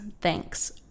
Thanks